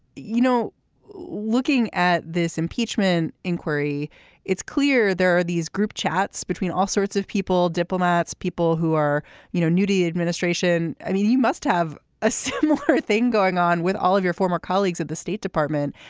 you know looking at this impeachment inquiry it's clear there are these group chats between all sorts of people diplomats people who are you know new to the administration. i mean you must have a similar thing going on with all of your former colleagues at the state department.